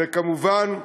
וכמובן,